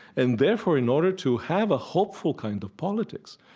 and therefore, in order to have a hopeful kind of politics,